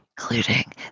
including